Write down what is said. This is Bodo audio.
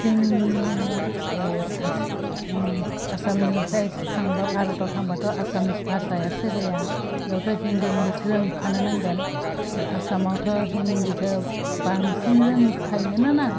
जोंनि आसामनिफ्राय थांबा भारताव थांबाथ' आसामिस भाषाया सोलिया बेयावथ' हिन्दी इंलिस रोंखानो नांगोन आसामावथ' हिन्दीखौ बांसिन रोंखायोना ना